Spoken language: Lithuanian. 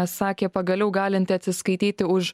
sakė pagaliau galinti atsiskaityti už